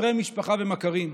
חסרי משפחה ומכרים.